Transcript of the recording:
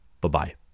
Bye-bye